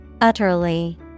Utterly